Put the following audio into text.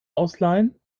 ausleihen